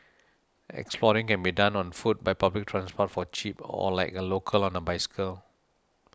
exploring can be done on foot by public transport for cheap or like a local on a bicycle